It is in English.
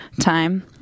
time